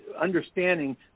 Understanding